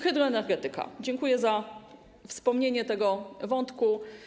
Hydroenergetyka - dziękuję za wspomnienie o tym wątku.